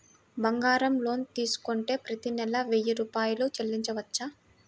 బంగారం లోన్ తీసుకుంటే ప్రతి నెల వెయ్యి రూపాయలు చెల్లించవచ్చా?